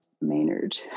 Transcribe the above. Maynard